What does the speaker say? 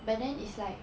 but then is like